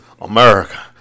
America